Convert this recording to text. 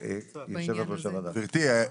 גברתי,